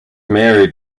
married